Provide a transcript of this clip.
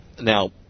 Now